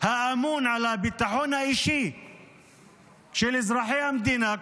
האמון על הביטחון האישי של אזרחי המדינה,